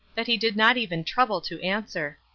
that he did not even trouble to answer.